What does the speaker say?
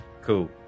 Cool